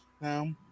no